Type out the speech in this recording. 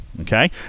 okay